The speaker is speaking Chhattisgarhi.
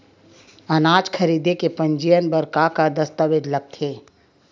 अनाज खरीदे के पंजीयन बर का का दस्तावेज लगथे?